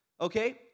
okay